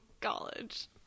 college